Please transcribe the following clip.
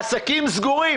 העסקים סגורים.